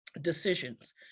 decisions